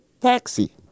taxi